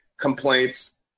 complaints